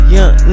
Young